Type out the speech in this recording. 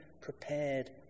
prepared